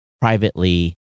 privately